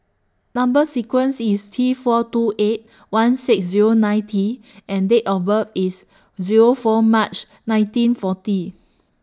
Number sequence IS T four two eight one six Zero nine T and Date of birth IS Zero four March nineteen forty